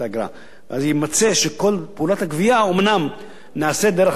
אז יימצא שכל פעולת הגבייה אומנם נעשית דרך אגרת הרכב,